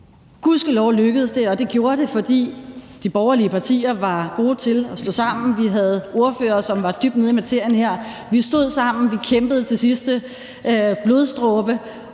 Gudskelov lykkedes det, og det gjorde det, fordi de borgerlige partier var gode til at stå sammen. Vi havde ordførere, som var dybt nede i materien her. Vi stod sammen, vi kæmpede til sidste blodsdråbe,